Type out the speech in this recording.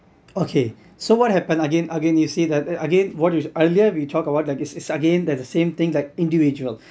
okay so what happen again again you see that again what is earlier we talked about like it's it's again that the same thing like individual